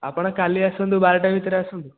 ଆପଣ କାଲି ଆସନ୍ତୁ ବାରଟା ଭିତରେ ଆସନ୍ତୁ